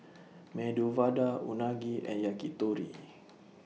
Medu Vada Unagi and Yakitori